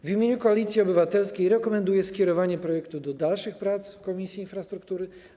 W imieniu Koalicji Obywatelskiej rekomenduję skierowanie projektu do dalszych prac w Komisji Infrastruktury.